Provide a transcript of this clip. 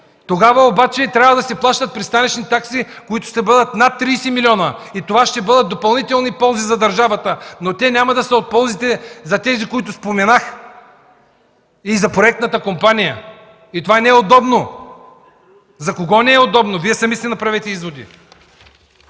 Тогава обаче трябва да се плащат пристанищни такси, които ще бъдат над 30 милиона, и това ще бъдат допълнителни ползи за държавата. Но те няма да са от полза за тези, които споменах, и за проектната компания. Това не е удобно. За кого не е удобно? Вие сами си направете изводи!